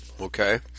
Okay